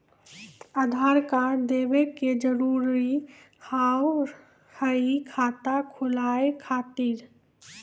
आधार कार्ड देवे के जरूरी हाव हई खाता खुलाए खातिर?